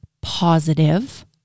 positive